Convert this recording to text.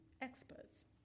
experts